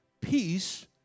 peace